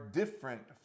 different